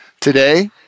Today